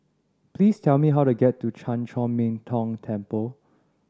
please tell me how to get to Chan Chor Min Tong Temple